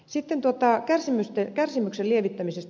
sitten kärsimyksen lievittämisestä